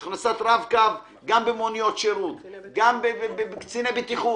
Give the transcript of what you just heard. בהכנסת רב-קו גם במוניות שירות --- קציני בטיחות.